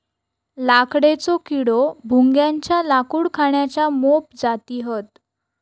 लाकडेचो किडो, भुंग्याच्या लाकूड खाण्याच्या मोप जाती हत